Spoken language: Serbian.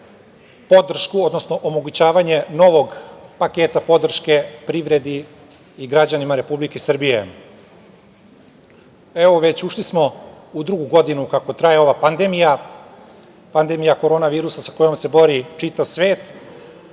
podršku, odnosno omogućavanje novog paketa podrške privredi i građanima Republike Srbije. Evo, već ušli smo u drugu godinu kako traje ova pandemija, pandemija korona virusa sa kojom se bori čitav svet.